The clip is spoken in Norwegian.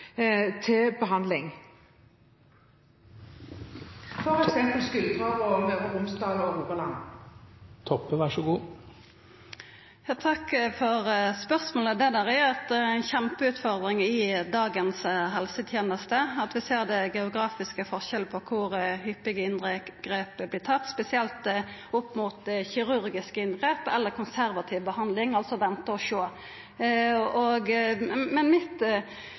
til behandling, f.eks. av skuldre, i Møre og Romsdal og Rogaland? Takk for spørsmålet. Dette er ei kjempeutfordring i dagens helseteneste, det at vi ser det er geografiske forskjellar på kor hyppig inngrep vert tatt, spesielt opp mot kirurgiske inngrep, eller konservativ behandling – altså vente-og-sjå. Men